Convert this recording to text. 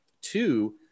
two